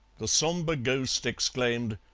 the sombre ghost exclaimed,